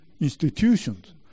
institutions